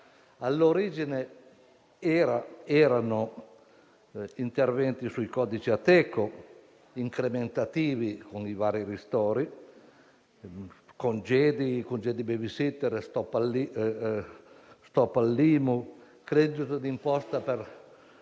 All'origine erano interventi sui codici Ateco, incrementativi con i vari ristori: congedi, congedi *baby sitter*, stop all'IMU, credito d'imposta per